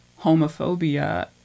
homophobia